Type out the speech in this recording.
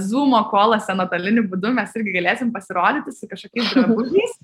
zūmo koluose nuotoliniu būdu mes irgi galėsim pasirodyti su kažkokiais drabužiais